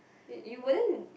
you you wouldn't